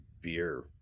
beer